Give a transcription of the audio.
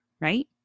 right